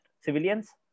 civilians